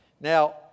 Now